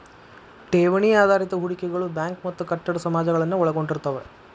ಠೇವಣಿ ಆಧಾರಿತ ಹೂಡಿಕೆಗಳು ಬ್ಯಾಂಕ್ ಮತ್ತ ಕಟ್ಟಡ ಸಮಾಜಗಳನ್ನ ಒಳಗೊಂಡಿರ್ತವ